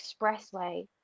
expressway